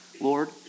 Lord